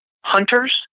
hunters